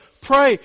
Pray